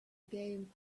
game